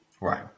Right